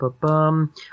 Bum